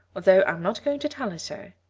although i'm not going to tell her so.